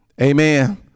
Amen